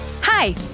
Hi